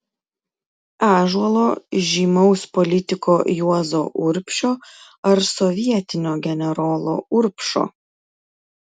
ąžuolo žymaus politiko juozo urbšio ar sovietinio generolo urbšo